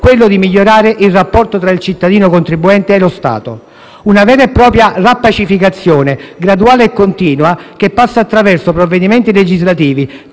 quello di migliorare il rapporto tra il cittadino-contribuente e lo Stato. Si tratta di una vera e propria riappacificazione, graduale e continua, che passa attraverso provvedimenti legislativi